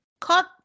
cut